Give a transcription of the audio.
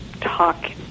talk